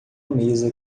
mesa